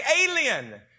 alien